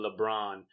LeBron